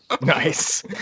Nice